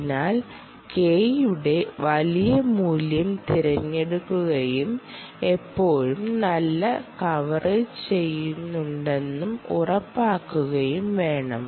അതിനാൽ K യുടെ വലിയ മൂല്യം തിരഞ്ഞെടുക്കുകയും എപ്പോഴും നല്ല കവറേജ് ചെയ്യുന്നുണ്ടെന്നും ഉറപ്പാക്കുകയും വേണം